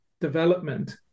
development